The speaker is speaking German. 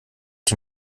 die